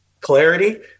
Clarity